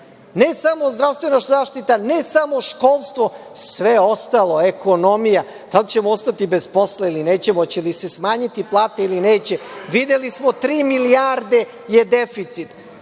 Ne samo zdravstvena zaštita, ne samo školstvo, sve ostalo, ekonomija. Da li ćemo ostati bez posla ili nećemo, hoće li se smanjiti plata ili neće? Videli smo, tri milijarde je deficit.